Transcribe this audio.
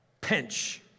Pinch